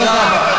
תודה רבה.